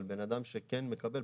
אבל בן אדם שכן מקבל,